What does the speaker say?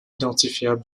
identifiable